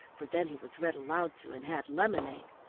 for then he was read aloud to and had lemonade,